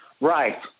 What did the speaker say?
Right